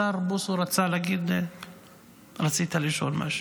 השר בוסו רצה לשאול משהו.